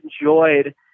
enjoyed